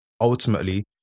ultimately